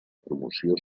promoció